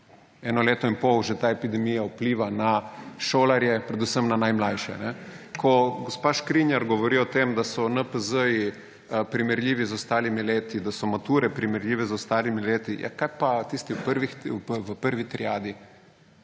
Eno leto in pol že ta epidemija vpliva na šolarje, predvsem na najmlajše. Ko gospa Škrinjar govori o tem, da so NPZ-ji primerljivi z ostalimi leti, da so mature primerljive z ostalimi leti; kaj pa tisti v prvi triadi,